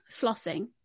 flossing